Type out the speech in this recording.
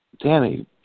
Danny